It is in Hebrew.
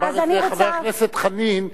אמר את זה חבר הכנסת חנין,